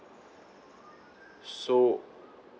so